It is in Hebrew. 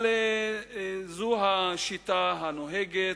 אבל זו השיטה הנוהגת,